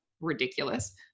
ridiculous